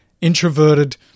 introverted